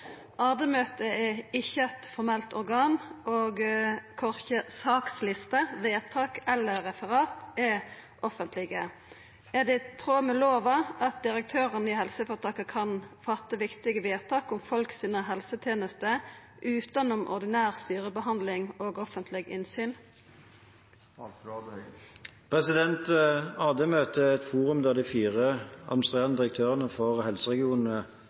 er ikkje eit formelt organ, og korkje sakslister, vedtak eller referat er offentlege. Er det i tråd med lova at direktørar i helseføretaka kan fatte viktige vedtak om folk sine helsetenester utanom ordinær styrebehandling og offentleg innsyn?» AD-møtet er et forum der de fire administrerende direktørene for